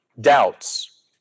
doubts